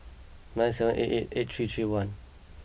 nine seven eight eight eight three three one